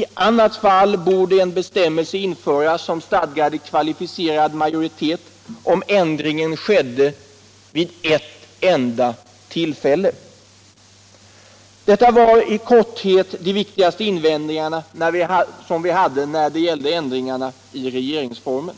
I annat fall borde en bestämmelse införas som stadgade kvalificerad majoritet, om inskränkningen skedde vid ett enda tillfälle. Detta var i korthet de viktigaste invändningarna som vi hade när det gällde ändringarna i regeringsformen.